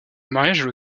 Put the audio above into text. mariage